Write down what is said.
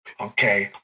Okay